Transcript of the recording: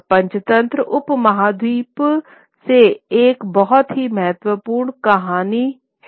और पंचतंत्र उपमहाद्वीप से एक बहुत ही महत्वपूर्ण मौखिक कहानी है